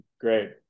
great